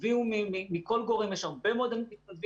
תביאו מכל גורם יש הרבה מאוד מתנדבים